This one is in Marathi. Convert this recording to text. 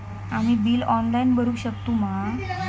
आम्ही बिल ऑनलाइन भरुक शकतू मा?